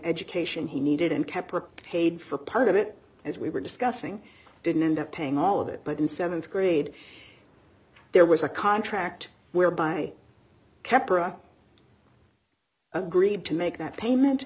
education he needed and kept work paid for part of it as we were discussing didn't end up paying all of it but in th grade there was a contract whereby keppra agreed to make that payment